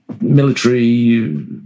military